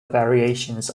variations